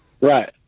Right